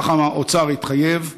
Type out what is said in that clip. כך האוצר התחייב.